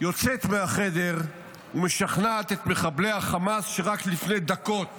יוצאת מהחדר ומשכנעת את מחבלי חמאס, שרק לפני דקות